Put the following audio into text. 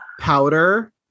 Powder